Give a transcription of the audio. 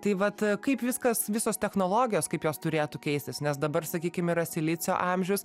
tai vat kaip viskas visos technologijos kaip jos turėtų keistis nes dabar sakykim yra silicio amžius